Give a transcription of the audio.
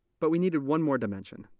but we needed one more dimension.